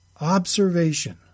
observation